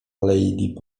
alei